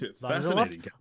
Fascinating